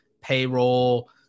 payroll